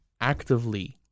actively